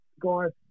guys